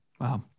Wow